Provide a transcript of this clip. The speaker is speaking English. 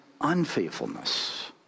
unfaithfulness